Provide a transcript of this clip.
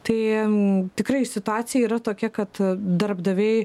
tai tikrai situacija yra tokia kad darbdaviai